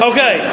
Okay